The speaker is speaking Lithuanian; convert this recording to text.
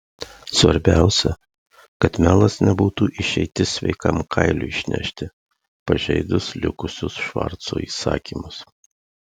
svarbiausia kad melas nebūtų išeitis sveikam kailiui išnešti pažeidus likusius švarco įsakymus